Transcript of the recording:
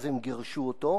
אז הם גירשו אותו.